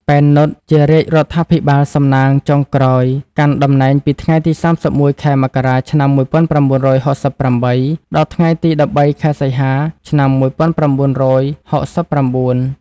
ប៉ែន នុត ជារាជរដ្ឋាភិបាលសំណាងចុងក្រោយ កាន់តំណែងពីថ្ងៃទី ៣១ ខែមករា ឆ្នាំ១៩៦៨ ដល់ថ្ងៃទី ១៣ ខែសីហា ឆ្នាំ១៩៦៩។